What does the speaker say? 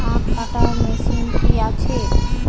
আখ কাটা মেশিন কি আছে?